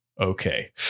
okay